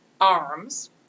arms